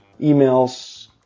Emails